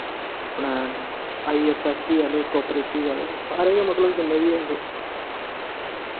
अपने I F S C आह्ले cooperative आह्ले सारे गै मतलब जिन्ने बी ऐ हे